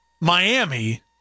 Miami